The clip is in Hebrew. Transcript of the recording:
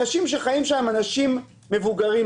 אנשים שחיים שם הם אנשים מבוגרים.